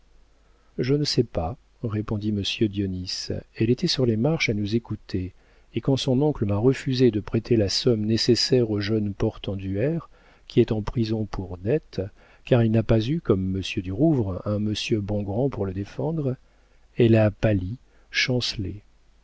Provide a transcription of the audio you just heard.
je ne sais pas répondit monsieur dionis elle était sur les marches à nous écouter et quand son oncle m'a refusé de prêter la somme nécessaire au jeune portenduère qui est en prison pour dettes car il n'a pas eu comme monsieur du rouvre un monsieur bongrand pour le défendre elle a pâli chancelé